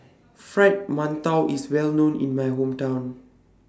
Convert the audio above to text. Fried mantou IS Well known in My Hometown